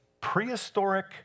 prehistoric